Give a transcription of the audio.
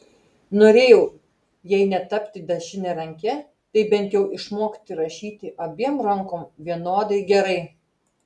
norėjau jei ne tapti dešiniaranke tai bent jau išmokti rašyti abiem rankom vienodai gerai